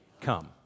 come